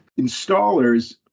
installers